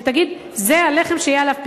ותגיד: זה הלחם שיהיה עליו פיקוח,